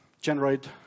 generate